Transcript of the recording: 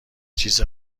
چیز